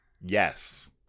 Yes